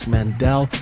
Mandel